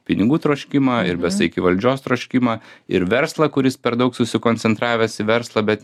pinigų troškimą ir besaikį valdžios troškimą ir verslą kuris per daug susikoncentravęs į verslą bet